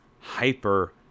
hyper